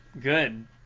Good